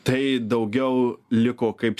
tai daugiau liko kaip